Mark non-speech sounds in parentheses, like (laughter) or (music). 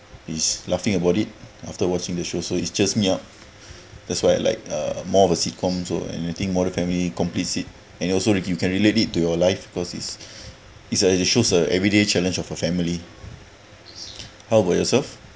is laughing about it after watching the show so it cheers me up that's why I like uh more of a sitcom so and anything modern family completes it and also like you can relate it to your life because it's (breath) it's a it shows a everyday challenge of a family how about yourself